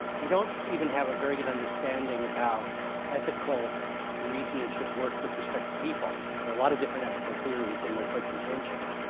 we don't even have a very good understanding of how ethical reasoning should work with respect to people. there are a lot of different ethical theories, and they're quite contentious.